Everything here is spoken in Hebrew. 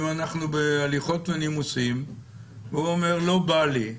אם אנחנו בהליכות ונימוסים והוא אומר: לא בא לי.